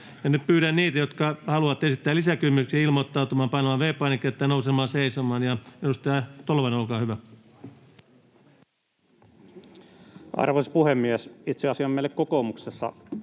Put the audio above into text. pyydän niitä, jotka haluavat esittää lisäkysymyksen ilmoittautumaan painamalla V-painiketta ja nousemaan seisomaan. — Edustaja Tolvanen, olkaa hyvä. Arvoisa puhemies! Itse asiassa meille kokoomuksessa